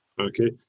Okay